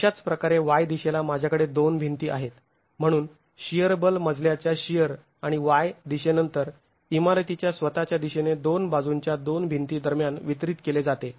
अशाच प्रकारे y दिशेला माझ्याकडे दोन भिंती आहेत म्हणून शिअर बल मजल्याच्या शिअर आणि y दिशेनंतर इमारतीच्या स्वतःच्या दिशेने दोन बाजूंच्या दोन भिंती दरम्यान वितरीत केले जाते